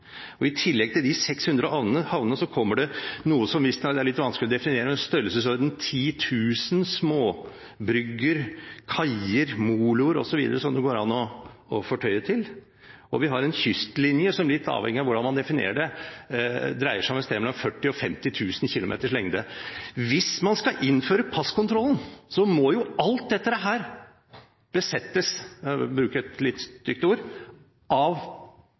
og i tillegg til de 600 havnene kommer det noe som er litt vanskelig å definere, men det finnes altså i størrelsesorden 10 000 småbrygger, kaier, moloer osv. som det går an å fortøye ved. Vi har en kystlinje som – litt avhengig av hvordan man definerer det – dreier seg om et sted mellom 40 000 og 50 000 kilometers lengde. Hvis man skal innføre passkontroll, må jo alt dette besettes – for å bruke et litt stygt ord – av